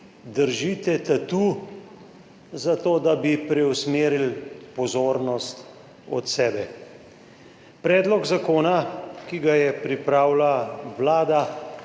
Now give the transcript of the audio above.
držite tatu, zato da bi preusmerili pozornost od sebe. Predlog zakona, ki ga je pripravila Vlada